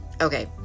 okay